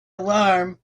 alarm